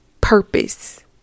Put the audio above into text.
purpose